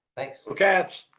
thanks. go cats!